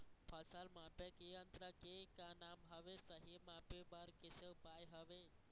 फसल मापे के यन्त्र के का नाम हवे, सही मापे बार कैसे उपाय हवे?